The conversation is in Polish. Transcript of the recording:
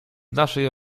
naszej